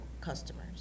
customers